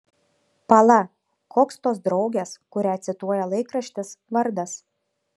pala koks tos draugės kurią cituoja laikraštis vardas